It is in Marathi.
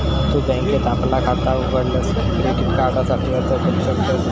तु बँकेत आपला खाता उघडलस की क्रेडिट कार्डासाठी अर्ज करू शकतस